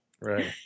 Right